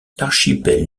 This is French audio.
l’archipel